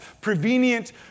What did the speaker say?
prevenient